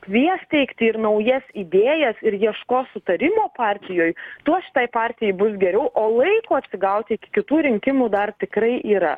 kvies teikti ir naujas idėjas ir ieškos sutarimo partijoj tuo šitai partijai bus geriau o laiko atsigaut iki kitų rinkimų dar tikrai yra